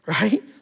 right